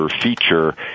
feature